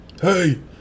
Hey